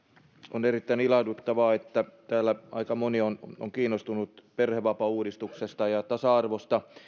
on erittäin ilahduttavaa että täällä aika moni on on kiinnostunut perhevapaauudistuksesta ja tasa arvosta